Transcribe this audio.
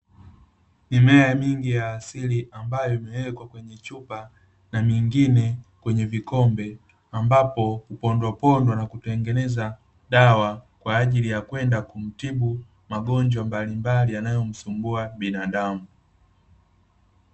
Mimea mingi ya asili ambayo imewekwa kwenye chupa, na mingine kwenye vikombe, ambapo hupondwapondwa na kutengeneza dawa, kwa ajili ya kwenda kutibu magonjwa mbalimbali yanayomsumbua binadamu.